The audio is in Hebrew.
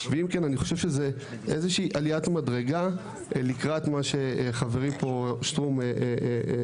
אם כן אני חושב שזו איזושהי עליית מדרגה לקראת מה שחברי פה שטרום ציין.